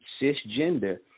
cisgender